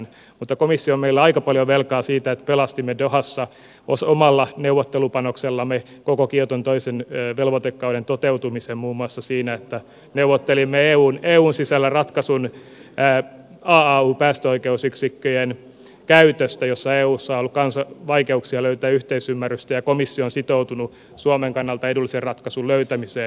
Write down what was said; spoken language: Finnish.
komissio on meille aika paljon velkaa siitä että pelastimme dohassa omalla neuvottelupanoksellamme koko kioton toisen velvoitekauden toteutumisen muun muassa siinä että neuvottelimme eun sisällä ratkaisun aau päästöoikeusyksikköjen käytöstä jossa eussa on ollut vaikeuksia löytää yhteisymmärrystä ja komissio on sitoutunut suomen kannalta edullisen ratkaisun löytämiseen